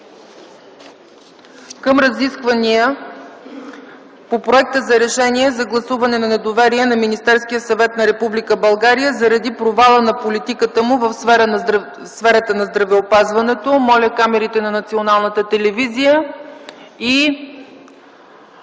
– Разисквания по Проекта за решение за гласуване на недоверие на Министерския съвет на Република България заради провала на политиката му в сферата на здравеопазването. Вносители: Сергей Станишев и